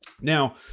now